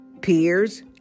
peers